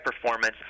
performance